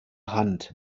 hand